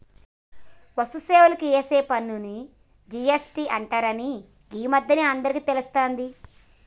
వస్తు సేవలకు ఏసే పన్నుని జి.ఎస్.టి అంటరని గీ మధ్యనే అందరికీ తెలుస్తాంది